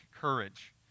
courage